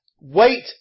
Wait